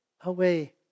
away